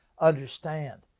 understand